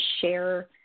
share